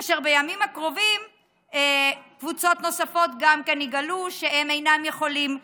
כאשר בימים הקרובים קבוצות נוספות גם כן יגלו שהן אינן יכולות להכניס.